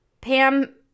Pam